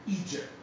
Egypt